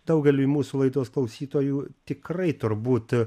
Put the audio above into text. daugeliui mūsų laidos klausytojų tikrai turbūt